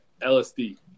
LSD